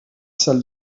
salles